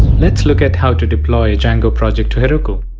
let's look at how to deploy a django project to heroku.